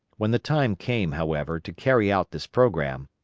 when the time came, however, to carry out this programme,